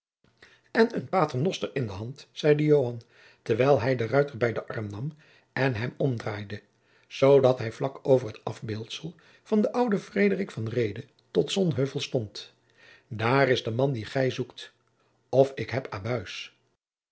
en een paternoster in de hand zeide joan terwijl hij den ruiter bij den arm nam en hem omdraaide zoodat hij vlak over het afbeeldsel van den ouden frederik van jacob van lennep de pleegzoon stond daar is de man dien gij zoekt of ik heb